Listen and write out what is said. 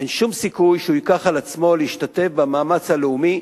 אין שום סיכוי שהוא ייקח על עצמו להשתתף במאמץ הלאומי,